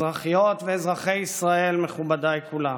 אזרחיות ואזרחי ישראל, מכובדיי כולם,